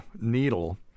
needle